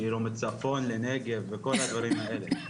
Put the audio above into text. מצפון לנגב וכל הדברים האלה.